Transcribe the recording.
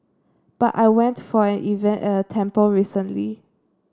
but I went for an event at a temple recently